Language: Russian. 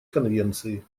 конвенции